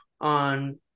on